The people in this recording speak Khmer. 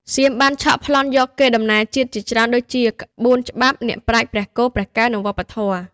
សៀមបានឆក់ប្លន់យកកេរដំណែលជាតិជាច្រើនដូចជា ក្បួនច្បាប់ អ្នកប្រាជ្ញ ព្រះគោ ព្រះកែវ និងវប្បធម៌។